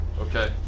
Okay